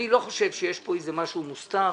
אני לא חושב שיש פה איזה משהו מוסתר.